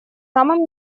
самым